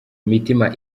mitima